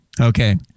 Okay